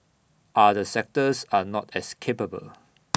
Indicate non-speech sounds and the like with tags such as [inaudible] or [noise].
other sectors are not as capable [noise]